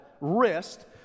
wrist